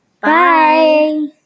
Bye